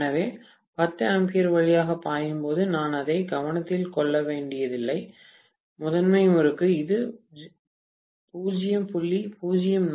எனவே 10 A வழியாக பாயும் போது நான் அதை கவனத்தில் கொள்ள வேண்டியதில்லை முதன்மை முறுக்கு இது 0